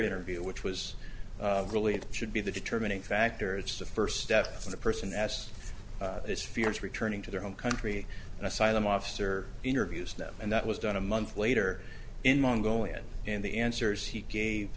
interview which was really it should be the determining factor it's the first step to the person as this fear is returning to their home country an asylum officer interviews them and that was done a month later in mungo and in the answers he gave